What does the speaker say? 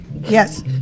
Yes